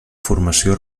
formació